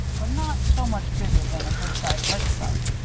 but not so much bigger than a good-sized lake-trout.